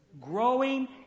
Growing